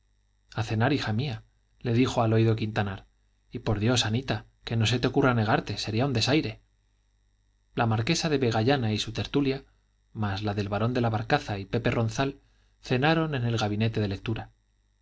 a cenar a cenar hija mía le dijo al oído quintanar y por dios anita que no se te ocurra negarte sería un desaire la marquesa de vegallana y su tertulia más la del barón de la barcaza y pepe ronzal cenaron en el gabinete de lectura